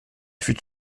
fut